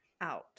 out